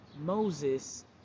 Moses